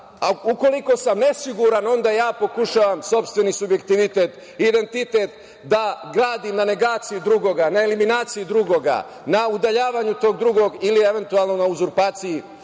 ukoliko sam nesiguran, onda ja pokušavam sopstveni subjektivitet i identitet da gradim na negaciji drugog, na eliminaciji drugog, na udaljavanju tog drugog ili eventualno na uzurpaciji